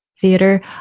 Theater